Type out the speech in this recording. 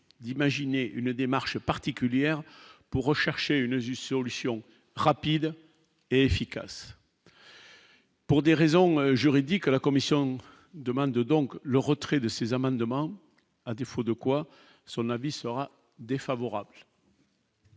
d'imaginer une démarche particulière pour rechercher une juste solution rapide et efficace. Pour des raisons juridiques à la commission demande donc le retrait de ces amendements, à défaut de quoi son avis sera défavorable.